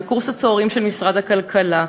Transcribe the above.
וקורס הצוערים של משרד הכלכלה,